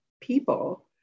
people